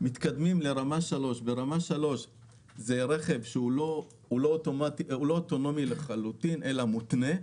ברמה 3 הרכב הוא לא אוטונומי לחלוטין אלא מותנה.